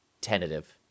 tentative